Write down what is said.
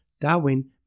Darwin